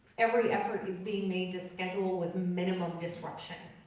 every effort is being made to schedule with minimum disruption.